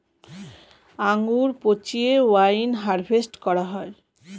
আঙ্গুর পচিয়ে wine harvest করা হয়